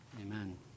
Amen